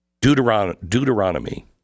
Deuteronomy